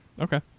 Okay